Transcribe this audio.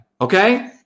okay